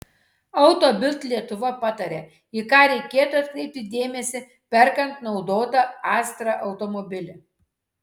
auto bild lietuva pataria į ką reikėtų atkreipti dėmesį perkant naudotą astra automobilį